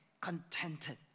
contented